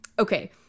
Okay